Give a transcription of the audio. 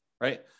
right